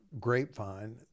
grapevine